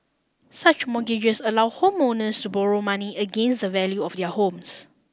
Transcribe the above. such mortgages allow homeowners to borrow money against the value of their homes